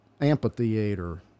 amphitheater